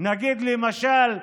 נגיד, למשל,